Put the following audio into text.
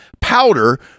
powder